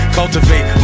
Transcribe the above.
cultivate